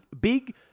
big